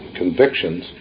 convictions